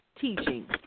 teaching